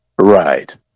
Right